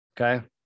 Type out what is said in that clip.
Okay